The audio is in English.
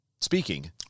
speaking